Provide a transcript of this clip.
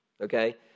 Okay